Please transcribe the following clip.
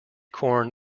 corn